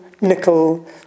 nickel